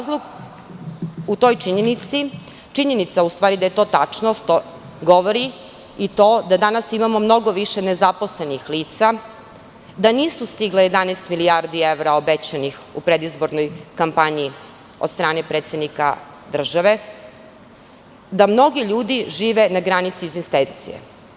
Činjenica da je to tačno govori i to da danas imamo mnogo više nezaposlenih lica, da nisu stigle 11 milijardi evra obećanih u predizbornoj kampanji od strane predsednika države, da mnogi ljudi žive na granici egzistencije.